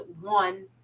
one